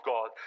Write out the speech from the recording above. God